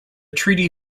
treaty